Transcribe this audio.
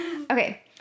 Okay